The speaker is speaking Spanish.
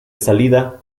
salida